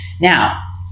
now